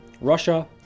Russia